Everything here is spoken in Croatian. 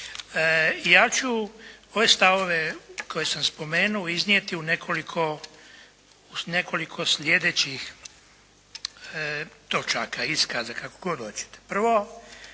Ja ću ove stavove koje sam spomenuo iznijeti u nekoliko slijedećih točaka, iskaza, kako god hoćete. Prvo,